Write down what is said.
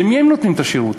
אבל למי הם נותנים את השירות?